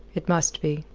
it must be.